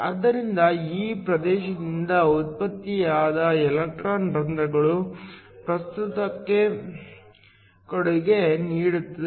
ಆದ್ದರಿಂದ ಈ ಪ್ರದೇಶದಿಂದ ಉತ್ಪತ್ತಿಯಾದ ಎಲೆಕ್ಟ್ರಾನ್ ರಂಧ್ರಗಳು ಪ್ರಸ್ತುತಕ್ಕೆ ಕೊಡುಗೆ ನೀಡುತ್ತವೆ